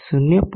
7 થી 0